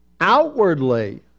Outwardly